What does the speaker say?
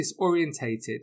disorientated